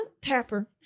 Tapper